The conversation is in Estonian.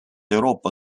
euroopa